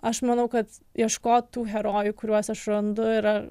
aš manau kad ieškot tų herojų kuriuos aš randu yra